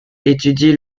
étudie